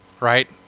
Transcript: right